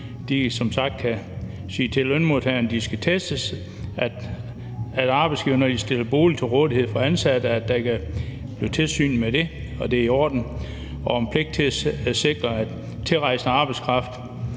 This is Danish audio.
kan sige til lønmodtagerne, at de skal testes; at arbejdsgiverne, når de stiller bolig til rådighed for ansatte, fører tilsyn med, at de er i orden; og at arbejdsgiveren har pligt til at sikre, at tilrejsende arbejdskraft